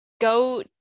Go